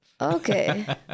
Okay